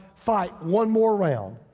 fight one more round.